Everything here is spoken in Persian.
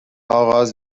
آغاز